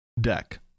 Deck